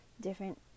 different